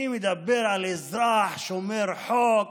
אני מדבר על אזרח שומר חוק.